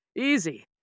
easy